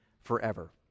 forever